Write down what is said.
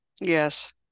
Yes